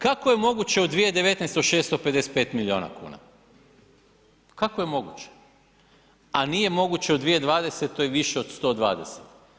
Kako je moguće u 2019. 655 milijuna kuna, kako je moguće, a nije moguće u 2020. više od 120?